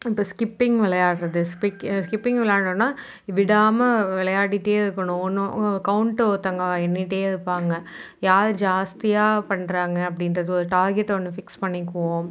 இப்போ ஸ்கிப்பிங் விளையாடுவது ஸ்பிக் ஸ்கிப்பிங் விளையாண்டோன்னா விடாமல் விளையாடிகிட்டே இருக்கணும் ஒன்று கவுண்ட் ஒருத்தவங்க எண்ணிகிட்டே இருப்பாங்க யார் ஜாஸ்தியாக பண்ணுறாங்க அப்படின்றது ஒரு டார்கெட் ஒன்று ஃபிக்ஸ் பண்ணிக்குவோம்